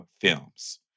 films